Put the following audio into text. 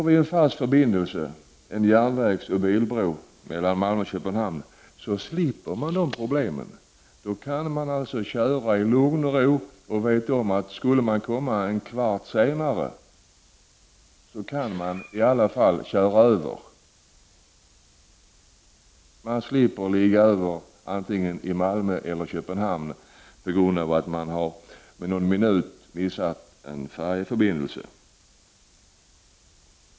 Om vi får en fast förbindelse, nämligen en järnvägsoch bilbro, mellan Malmö och Köpenhamn slipper vi de problemen. Då kan man alltså köra i lugn och ro och veta att även om man kommer en kvart senare än man tänkt sig så kan man i alla fall köra över. Man slipper sova över i Malmö eller Köpenhamn, vilket man nu kan tvingas till därför att man med bara någon minut har missat en färjeförbindelse.